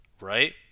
right